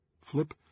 Flip